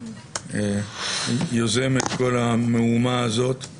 את יוזמת כל המהומה הזאת,